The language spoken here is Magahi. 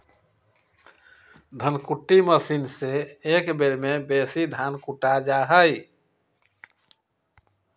धन कुट्टी मशीन से एक बेर में बेशी धान कुटा जा हइ